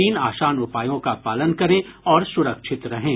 तीन आसान उपायों का पालन करें और सुरक्षित रहें